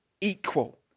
equal